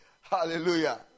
hallelujah